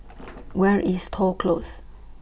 Where IS Toh Close